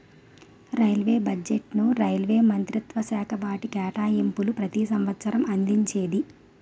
railway బడ్జెట్ను railway మంత్రిత్వశాఖ వాటి కేటాయింపులను ప్రతి సంవసరం అందించేది